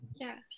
Yes